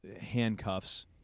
handcuffs